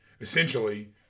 Essentially